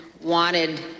wanted